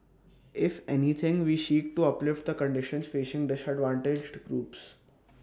if anything we seek to uplift the conditions facing disadvantaged groups